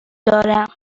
دارم